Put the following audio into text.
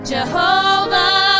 Jehovah